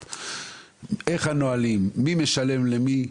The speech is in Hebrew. איך הנהלים, מי משלם למי,